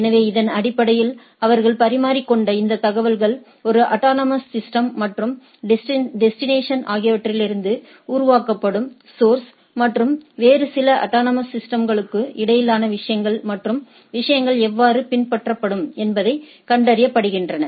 எனவே இதன் அடிப்படையில் அவர்கள் பரிமாறிக்கொண்ட இந்த தகவல்கள் ஒரு அட்டானமஸ் சிஸ்டம் மற்றும் டெஸ்டினேஷன் ஆகியவற்றிலிருந்து உருவாக்கப்படும் சௌர்ஸ்ற்கும் மற்றும் வேறு சில அட்டானமஸ் சிஸ்டம்களுக்கும் இடையிலான விஷயங்கள் மற்றும் விஷயங்கள் எவ்வாறு பின்பற்றப்படும் என்பதைக் கண்டுபிடிக்கின்றன